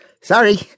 Sorry